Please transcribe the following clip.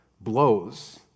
blows